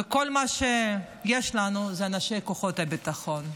וכל מה שיש לנו הוא אנשי כוחות הביטחון.